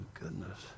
goodness